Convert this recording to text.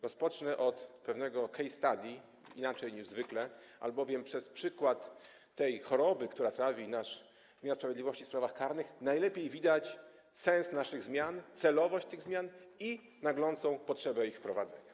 Rozpocznę od pewnego case study, inaczej niż zwykle, albowiem przez przykład tej choroby, która trawi nasz wymiar sprawiedliwości w sprawach karnych, najlepiej widać sens naszych zmian, celowość tych zmian i naglącą potrzebę ich wprowadzenia.